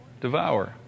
Devour